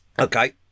Okay